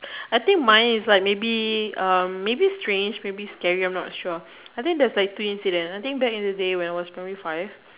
I think mine is like maybe uh maybe strange maybe scary I'm not sure I think that's like two incident I think back in the day when I was primary five